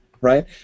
right